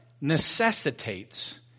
necessitates